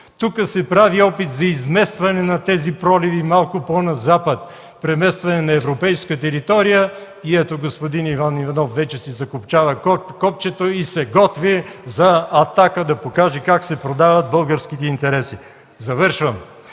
Тук се прави опит за изместване на тези проливи малко по на запад, преместване на европейска територия. Ето, господин Иван Иванов вече си закопчава копчето и се готви за атака – да покаже как се продават българските интереси.